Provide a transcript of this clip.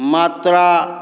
मात्रा